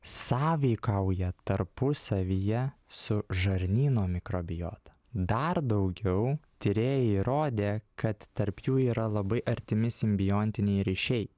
sąveikauja tarpusavyje su žarnyno mikrobiota dar daugiau tyrėjai įrodė kad tarp jų yra labai artimi simbiontiniai ryšiai